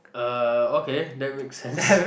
uh okay that makes sense